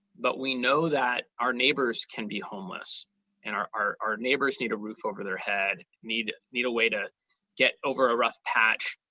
but we know that our neighbors can be homeless and our our neighbors need a roof over their head, need need a way to get over a rough patch,